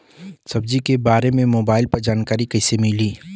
सब्जी के बारे मे मोबाइल पर जानकारी कईसे मिली?